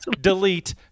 delete